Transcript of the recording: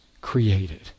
created